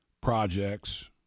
projects